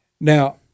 Now